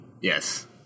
Yes